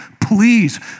please